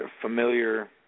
familiar